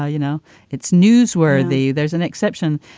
ah you know it's newsworthy there's an exception.